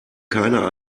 keiner